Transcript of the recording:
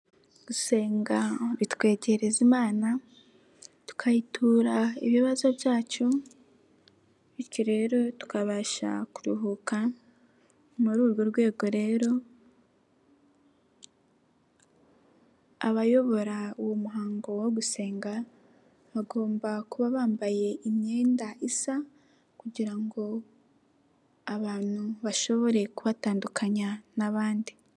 Gusenga bitwegereza Imana, tukayitura ibibazo byacu bityo rero tukabasha kuruhuka muri urwo rwego rero abayobora uwo muhango wo gusenga bagomba kuba bambaye imyenda isa kugira ngo abantu bashobore kubatandukanya n'abandi.